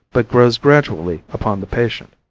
but grows gradually upon the patient.